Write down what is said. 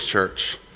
Church